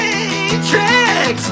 Matrix